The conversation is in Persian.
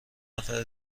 نفر